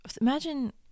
Imagine